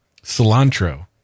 cilantro